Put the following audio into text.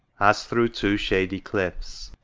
as through two shady cliffs.